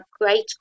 great